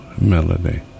melody